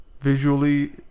visually